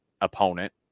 opponent